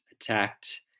attacked